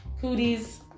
cooties